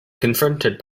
confronted